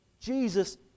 Jesus